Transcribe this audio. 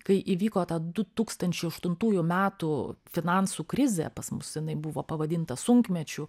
kai įvyko du tūkstančiai aštuntųjų metų finansų krizė pas mus jinai buvo pavadinta sunkmečiu